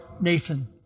Nathan